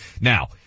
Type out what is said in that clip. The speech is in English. Now